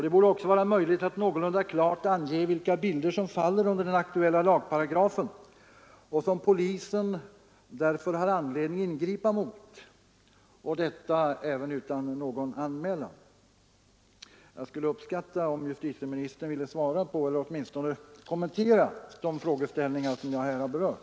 Det borde också vara möjligt att någorlunda klart ange vilka bilder som faller under den aktuella lagparagrafen och som polisen därför har anledning ingripa emot — och detta även utan någon anmälan. Jag skulle uppskatta om justitieministern ville svara på eller åtminstone kommentera de frågeställningar jag här berört.